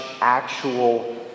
actual